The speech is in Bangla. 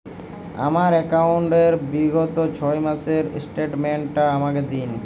আমার অ্যাকাউন্ট র বিগত ছয় মাসের স্টেটমেন্ট টা আমাকে দিন?